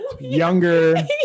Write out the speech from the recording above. younger